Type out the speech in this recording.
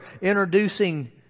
introducing